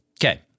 Okay